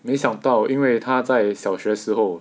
没想到因为他在小学时候